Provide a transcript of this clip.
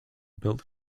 built